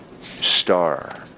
star